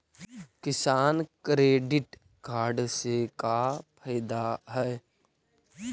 किसान credit card से का फायदा है?